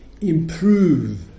improve